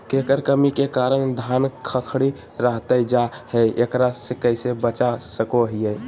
केकर कमी के कारण धान खखड़ी रहतई जा है, एकरा से कैसे बचा सको हियय?